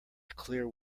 clear